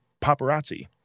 paparazzi